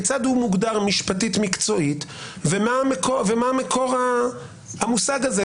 כיצד הוא מוגדר משפטית מקצועית ומה מקור המושג הזה.